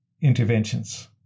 interventions